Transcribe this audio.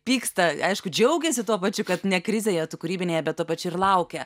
pyksta aišku džiaugiasi tuo pačiu kad ne krizėje tu kūrybinėje bet tuo pačiu ir laukia